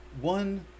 one